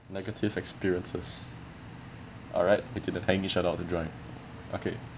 negative experiences alright between the timely shut out to join okay